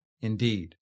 indeed